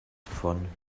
von